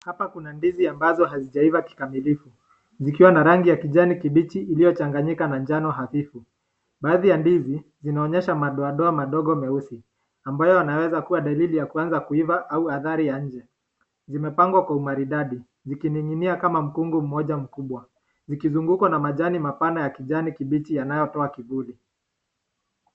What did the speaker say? Hapa kuna ndizi ambazo hazijaiva kikamilifu, zikiwa na rangi ya kijani kibichi iliyochanganyika na njano hafifu. Baadhi ya ndizi zinaonyesha madoadoa madogo meusi, ambayo inaweza kuwa dalili ya kuanza kuiva au athari ya nje, zimepangwa kwa umaridadi, zikining'inia kama mkungu mmoja mkubwa, zikizungukwa na majani mapana ya kijani kibichi yanayotoa kivuli.